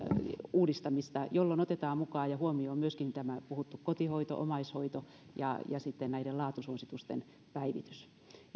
uudistamista jolloin otetaan mukaan ja huomioon myöskin tämä puhuttu kotihoito omaishoito ja sitten näiden laatusuositusten päivitys